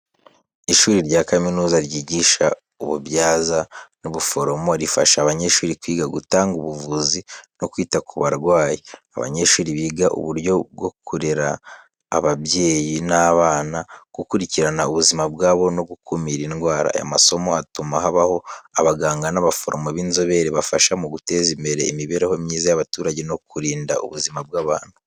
Ishuri rya kaminuza ryigisha ububyaza n’ubuforomo rifasha abanyeshuri kwiga gutanga ubuvuzi no kwita ku barwayi. Abanyeshuri biga uburyo bwo kurera ababyeyi n’abana, gukurikirana ubuzima bwabo no gukumira indwara. Aya masomo atuma habaho abaganga n’abaforomo b’inzobere, bafasha mu guteza imbere imibereho myiza y’abaturage no kurinda ubuzima bw’abantu.